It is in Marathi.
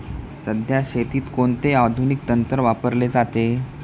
सध्या शेतीत कोणते आधुनिक तंत्र वापरले जाते?